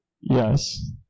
Yes